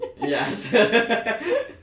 Yes